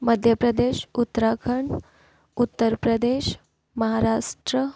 Madhya Pradesh Uttarakhand Uttar Pradesh Maharashtra